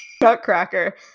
nutcracker